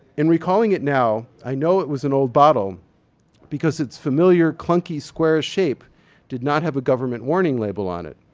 in recalling it now, i know it was an old bottle because its familiar clunky square shape did not have a government warning label on it.